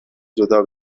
جدا